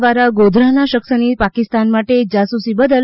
દ્વારા ગોધરાના શખ્સની પાકિસ્તાન માટે જાસૂસી બદલ